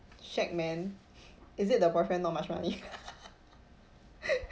shag man is it the boyfriend not much money